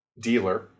dealer